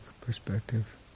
perspective